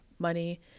money